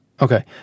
okay